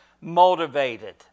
motivated